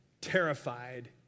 terrified